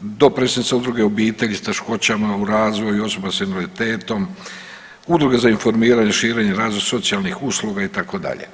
dopredsjednica Udruge obitelji s teškoćama u razvoju, osoba s invaliditetom, Udruga za informiranje, širenje i razvoj socijalnih usluga itd.